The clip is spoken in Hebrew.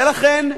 ולכן,